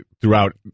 throughout